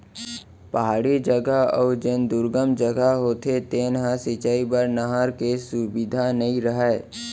पहाड़ी जघा अउ जेन दुरगन जघा होथे तेन ह सिंचई बर नहर के सुबिधा नइ रहय